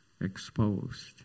exposed